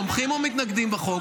אתם תומכים או מתנגדים לחוק?